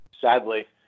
sadly